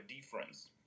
difference